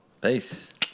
Peace